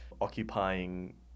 occupying